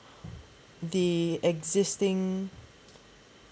the existing the existing